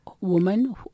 woman